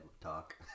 talk